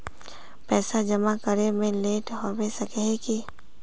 पैसा जमा करे में लेट होबे सके है की?